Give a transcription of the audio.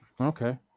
Okay